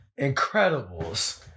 Incredibles